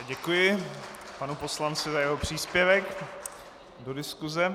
Děkuji panu poslanci za jeho příspěvek do diskuze.